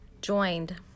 Joined